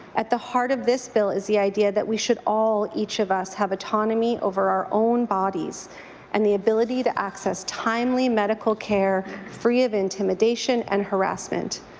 at the heart much this bill is the idea that we should all, each of us have autonomy over our own bodies and the ability to access timely medical care, free of intimidation and harrassment.